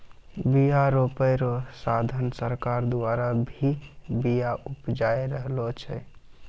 बिया रोपाय रो साधन सरकार द्वारा भी बिया उपजाय रहलो छै